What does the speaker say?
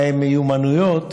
להם מיומנויות